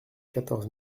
quatorze